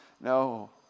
No